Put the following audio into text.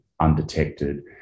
undetected